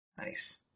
Nice